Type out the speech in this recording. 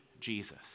Jesus